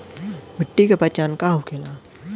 मिट्टी के पहचान का होखे ला?